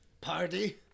Party